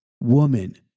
Woman